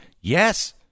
Yes